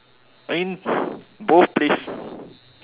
I mean both place